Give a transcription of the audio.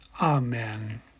Amen